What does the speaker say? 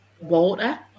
water